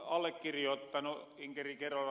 oon allekirjoottanu ed